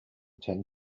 tend